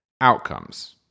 outcomes